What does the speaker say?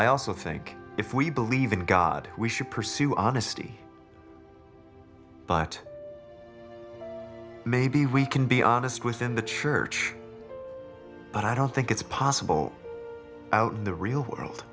i also think if we believe in god we should pursue honesty but maybe we can be honest within the church but i don't think it's possible out in the real world